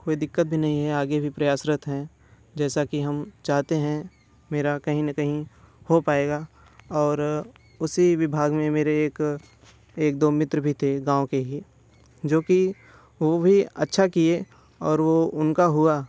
कोई दिक्कत भी नहीं है आगे भी प्रयासरत हैं जैसा कि हम चाहते हैं मेरा कहीं ना कहीं हो पाएगा और उसी विभाग में मेरे एक एक दो मित्र भी थे गाँव के ही जो कि वो भी अच्छा किए और वो उनका हुआ